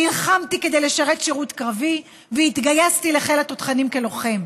נלחמתי כדי לשרת שירות קרבי והתגייסתי לחיל התותחנים כלוחם.